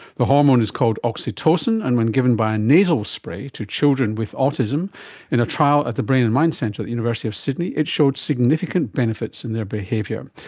the hormone is called oxytocin, and when given by a nasal spray to children with autism in a trial at the brain and mind centre at the university of sydney, it showed significant benefits in their behaviour.